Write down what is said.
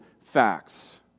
facts